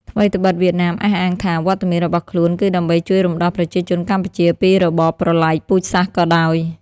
ថ្វីត្បិតវៀតណាមអះអាងថា វត្តមានរបស់ខ្លួនគឺដើម្បីជួយរំដោះប្រជាជនកម្ពុជាពីរបបប្រល័យពូជសាសន៍ក៏ដោយ។